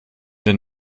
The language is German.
den